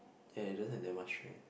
and it doesn't have that much strength